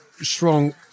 strong